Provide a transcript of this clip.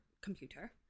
computer